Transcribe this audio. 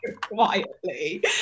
Quietly